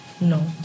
No